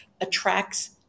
attracts